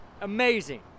Amazing